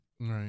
Right